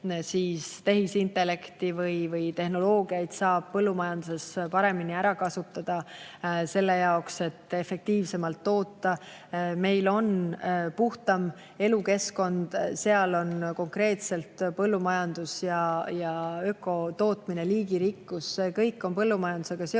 näiteks tehisintellekti või tehnoloogiaid saab põllumajanduses paremini ära kasutada selle jaoks, et efektiivsemalt toota. Meil on puhtam elukeskkond, seal on konkreetselt põllumajandus ja ökotootmine, liigirikkus – see kõik on põllumajandusega seotud.